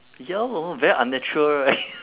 ya hor very unnatural right